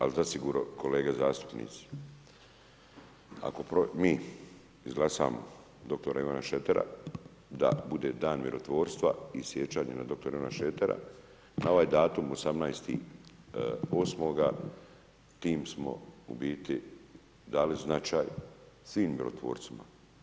Ali zasigurno kolege zastupnici, ako mi izglasamo dr. Ivana Šretera da bude dan mirotvorstva i sjećanja na dr. Ivana Šretera, na ovaj datum 18.8., tim smo u biti dali značaj svim mirotvorcima.